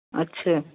अच्छा